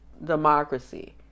democracy